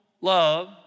love